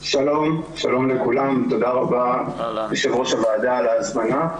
שלום לכולם, תודה רבה יו"ר הוועדה על ההזמנה.